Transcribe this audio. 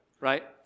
Right